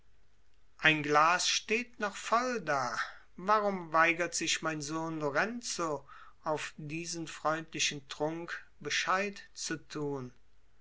ein glas steht noch voll da warum weigert sich mein sohn lorenzo auf diesen freundlichen trunk bescheid zu tun